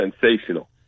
sensational